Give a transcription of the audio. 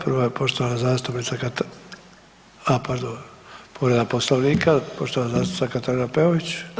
Prva je poštovana zastupnica, a pardon povreda Poslovnika poštovana zastupnica Katarina Peović.